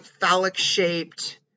phallic-shaped